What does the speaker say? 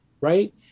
right